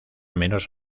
menos